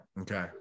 Okay